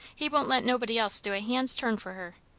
he won't let nobody else do a hand's turn for her.